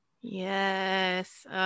Yes